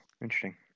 interesting